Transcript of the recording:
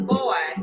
Boy